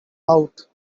out